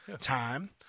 time